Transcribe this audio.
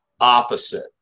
opposite